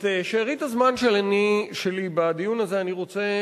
את שארית הזמן שלי בדיון הזה אני רוצה